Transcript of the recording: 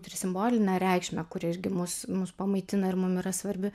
ir simbolinę reikšmę kuri irgi mus mus pamaitina ir mums yra svarbi